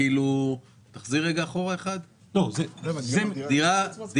אבל התיקון הזה לא נוגע במדרגות של דירה יחידה.